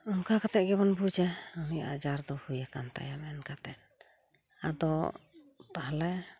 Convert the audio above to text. ᱚᱱᱠᱟ ᱠᱟᱛᱮᱫ ᱜᱮᱵᱚᱱ ᱵᱩᱡᱟ ᱩᱱᱤ ᱟᱡᱟᱨ ᱫᱚ ᱦᱩᱭ ᱟᱠᱟᱱ ᱛᱟᱭᱟ ᱢᱮᱱ ᱠᱟᱛᱮᱫ ᱟᱫᱚ ᱛᱟᱦᱚᱞᱮ